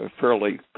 fairly